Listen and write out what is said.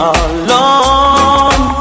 alone